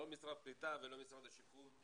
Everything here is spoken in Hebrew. לא משרד הקליטה ולא משרד השיכון,